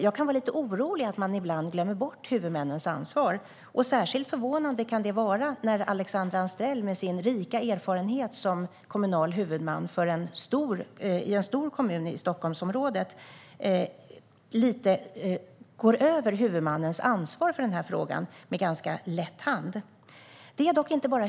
Jag kan vara lite orolig över att man ibland glömmer bort huvudmännens ansvar. Särskilt förvånande kan det vara när Alexandra Anstrell med sin rika erfarenhet som kommunal huvudman i en stor kommun i Stockholmsområdet går över huvudmannens ansvar för frågan med lätt hand.